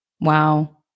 Wow